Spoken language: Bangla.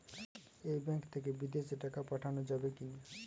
এই ব্যাঙ্ক থেকে বিদেশে টাকা পাঠানো যাবে কিনা?